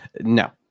no